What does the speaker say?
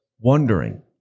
wondering